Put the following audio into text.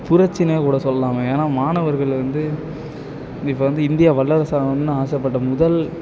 புரட்சினே கூட சொல்லலாம் அவங்க ஏன்னா மாணவர்கள் வந்து இப்போ வந்து இந்தியா வல்லரசு ஆகணும்னு ஆசைப்பட்ட முதல்